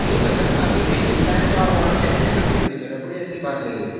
نہیں اگر ابھی نہیں نکلا ہے تو آپ آڈر کینسل کر دیجیے میرا کوئی ایسی بات نہیں ہے